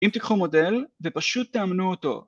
‫אם תקחו מודל ופשוט תאמנו אותו.